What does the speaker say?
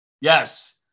Yes